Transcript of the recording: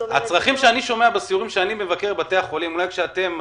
הצרכים שאני שומע בסיורים שאני מבקר בבתי החולים אולי כשאתם מגיעים,